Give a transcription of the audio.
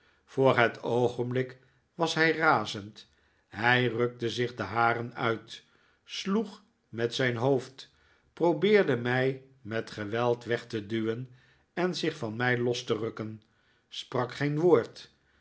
voor het oogenblik was hij razend hij rukte zich de haren uit sloeg met zijn hoofd probeerde mij met geweld weg te duwen en zich van mij los te rukken sprak geen woord